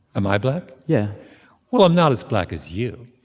am i black? yeah well, i'm not as black as you